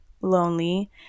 lonely